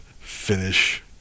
finish